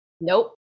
nope